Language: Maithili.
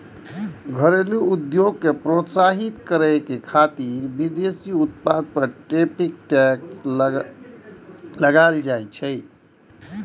घरेलू उद्योग कें प्रोत्साहितो करै खातिर विदेशी उत्पाद पर टैरिफ टैक्स लगाएल जाइ छै